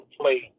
play